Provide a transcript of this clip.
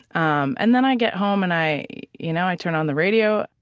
um and then i get home, and i you know i turn on the radio,